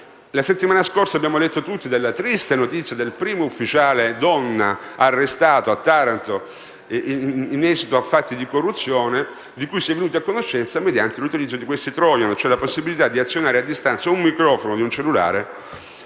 La settimana scorsa abbiamo tutti letto la triste notizia del primo ufficiale donna arrestato a Taranto in esito a fatti di corruzione, fatti dei quali si è venuti a conoscenza mediante l'utilizzo dei *trojan*, che consentono di azionare a distanza il microfono di un cellulare